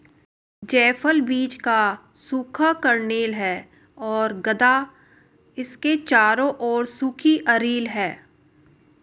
जायफल बीज का सूखा कर्नेल है और गदा इसके चारों ओर सूखी अरिल है